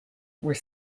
were